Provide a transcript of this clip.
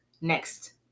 next